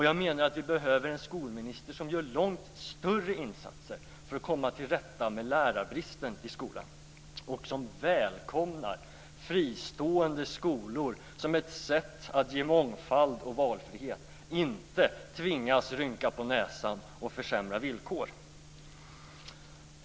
Jag menar att vi behöver en skolminister som gör långt större insatser för att komma till rätta med lärarbristen i skolan, som välkomnar fristående skolor som ett sätt att ge mångfald och valfrihet och inte tvingas rynka på näsan och försämra villkoren.